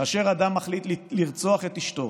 כאשר אדם מחליט לרצוח את אשתו